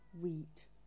wheat